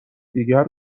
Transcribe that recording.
دیگر